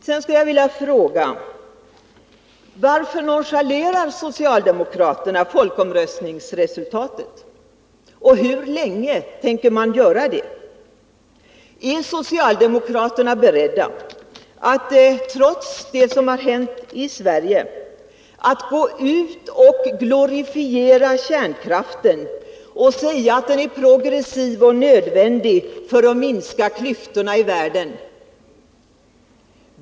Jag skulle vilja fråga: Varför nonchalerar socialdemokraterna folkomröstningsresultatet, och hur länge tänker man göra det? Är socialdemokraterna beredda, trots det som har hänt i Sverige, att gå ut och glorifiera kärnkraften och säga att den är progressiv och nödvändig för att minska klyftorna i världen?